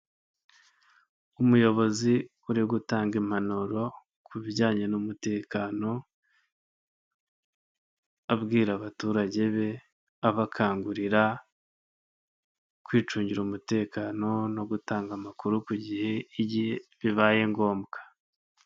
Umuyobozi uri gutanga impanuro ku bijyanye n'umutekano abwira abaturage be abakangurira kwicungira umutekano no gutanga amakuru ku gihe igihe bibaye ngombwa.